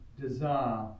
desire